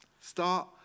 Start